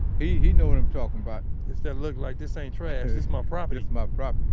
he, he knows what i'm talking about it's that look like, this ain't trash, this my property. this my property.